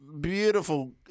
beautiful